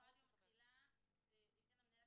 אני בהחלט זוכר את הדוגמה של המזגנים,